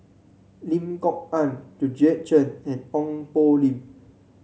Lim Kok Ann Georgette Chen and Ong Poh Lim